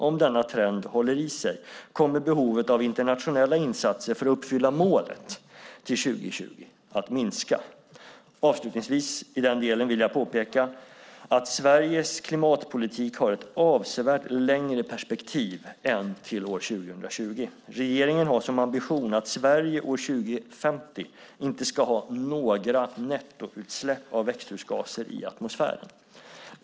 Om denna trend håller i sig kommer behovet av internationella insatser för att uppfylla målet till 2020 att minska. Avslutningsvis, i den delen, vill jag påpeka att Sveriges klimatpolitik har ett avsevärt längre perspektiv än till år 2020. Regeringen har som ambition att Sverige år 2050 inte ska ha några nettoutsläpp av växthusgaser i atmosfären.